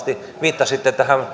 viittasitte tähän